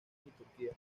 turquía